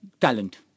Talent